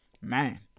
man